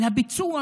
אבל הביצוע